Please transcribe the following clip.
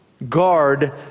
guard